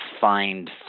find